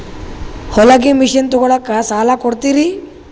ಹೊಲಗಿ ಮಷಿನ್ ತೊಗೊಲಿಕ್ಕ ಸಾಲಾ ಕೊಡ್ತಿರಿ?